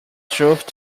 truth